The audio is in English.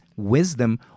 Wisdom